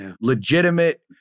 Legitimate